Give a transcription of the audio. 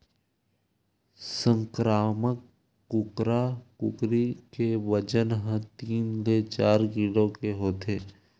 संकरामक कुकरा कुकरी के बजन ह तीन ले चार किलो के होथे